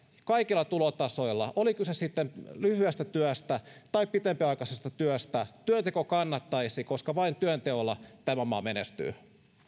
kaikilla tulotasoilla oli kyse sitten lyhyestä työstä tai pitempiaikaisesta työstä työnteko kannattaisi koska vain työnteolla tämä maa menestyy